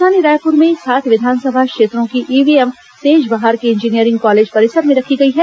राजधानी रायपुर में सात विधानसभा क्षेत्रों की ईव्हीएम सेजबहार के इंजीनियरिंग कॉलेज परिसर में रखी गई हैं